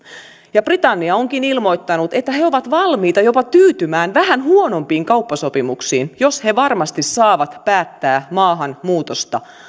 ja britannia onkin ilmoittanut että he ovat valmiita jopa tyytymään vähän huonompiin kauppasopimuksiin jos he varmasti saavat päättää maahanmuutosta